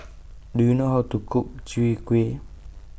Do YOU know How to Cook Chwee Kueh